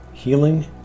healing